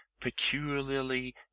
peculiarly